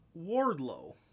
Wardlow